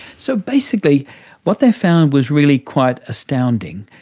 so basically what they found was really quite astounding,